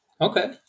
Okay